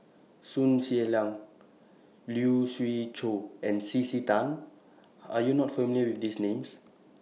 Sun Xueling Lee Siew Choh and C C Tan Are YOU not familiar with These Names